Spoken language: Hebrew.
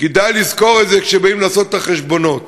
כדאי לזכור את זה כשבאים לעשות את החשבונות.